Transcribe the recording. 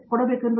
professor